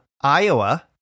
Iowa